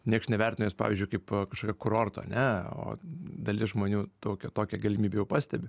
nieks nevertina jos pavyzdžiui kaip kažkokio kurorto ane o dalis žmonių tokią tokią galimybę jau pastebi